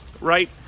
right